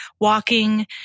walking